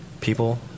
people